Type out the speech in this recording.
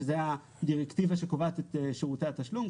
שזאת הדירקטיבה שקובעת את שירותי התשלום,